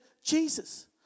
Jesus